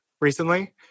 recently